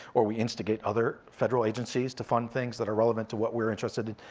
or we instigate other federal agencies to fund things that are relevant to what we're interested in.